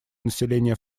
населения